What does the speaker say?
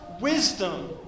wisdom